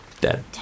dead